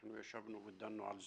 אנחנו ישבנו ודנו על זה,